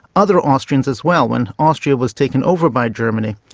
other austrians as well, when austria was taken over by germany,